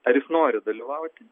ar jis nori dalyvauti